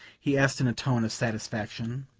he asked in a tone of satisfaction.